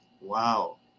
Wow